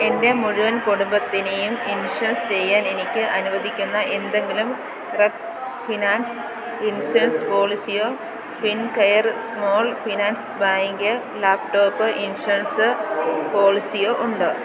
എൻ്റെ മുഴുവൻ കുടുംബത്തിനെയും ഇൻഷുർസ് ചെയ്യാൻ എനിക്ക് അനുവദിക്കുന്ന എന്തെങ്കിലും റെപക് ഫിനാൻസ് ഇൻഷുറൻസ് പോളിസിയോ Fincare small finance bank laptop insurance പോളിസിയോ ഉണ്ടോ